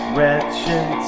Wretched